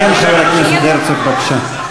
כן, חבר הכנסת הרצוג, בבקשה.